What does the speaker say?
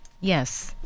yes